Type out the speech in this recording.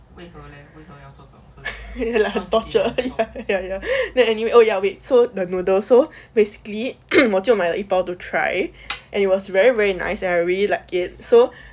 like torture ya that anyway oh ya wait so the noodle so basically 我就买了一包:wo jiu mai le yi baoo to try and it was very very nice and I really like it so